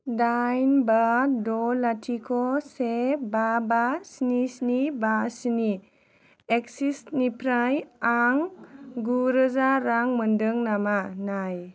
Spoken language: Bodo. दाइन बा द' लाथिख' से बा बा स्नि स्नि बा स्नि एक्सिस निफ्राय आं गु रोजा रां मोन्दों नामा नाय